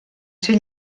ser